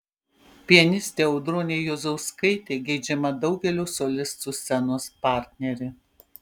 pianistė audronė juozauskaitė geidžiama daugelio solistų scenos partnerė